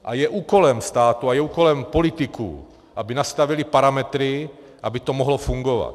A je úkolem státu a je úkolem politiků, aby nastavili parametry, aby to mohlo fungovat.